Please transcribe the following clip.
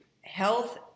health